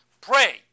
pray